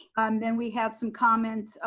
and then we have some comments,